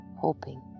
hoping